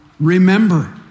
Remember